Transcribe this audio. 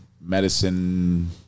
medicine